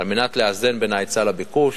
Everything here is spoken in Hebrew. על מנת לאזן בין ההיצע לביקוש.